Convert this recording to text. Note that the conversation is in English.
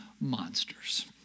monsters